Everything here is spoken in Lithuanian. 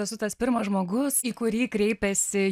esu tas pirmas žmogus į kurį kreipiasi